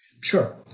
Sure